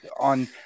on